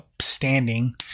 standing